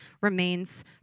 remains